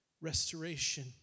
restoration